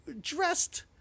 dressed